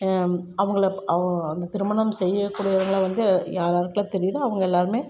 அவங்களை அவ் அந்த திருமணம் செய்யக்கூடியவங்களாக வந்து யார் யாருக்கெல்லாம் தெரியுதோ அவங்க எல்லாருமே